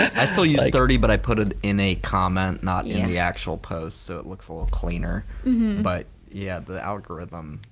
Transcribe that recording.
i still use thirty but i put it in a comment not in the actual post so it looks a little cleaner but yeah the algorithm,